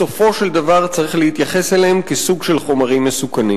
בסופו של דבר צריך להתייחס אליהן כאל סוג של חומרים מסוכנים.